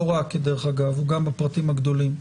לא רק דרך אגב, הוא גם בפרטים הגדולים.